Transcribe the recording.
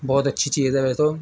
بہت اچھی چیز ہے تو